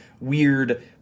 weird